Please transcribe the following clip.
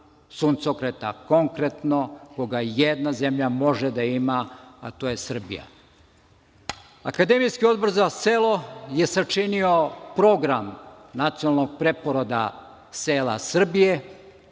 suncokreta, konkretno, koga jedna zemlja može da ima, a to je Srbija. Akademijski odbor za selo je sačinio program nacionalnog preporoda sela Srbije